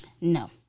No